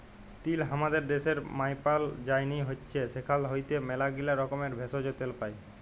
তিল হামাদের ড্যাশের মায়পাল যায়নি হৈচ্যে সেখাল হইতে ম্যালাগীলা রকমের ভেষজ, তেল পাই